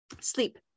Sleep